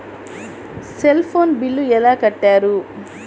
Cell phone bill ఎలా కట్టారు?